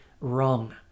wrong